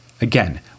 Again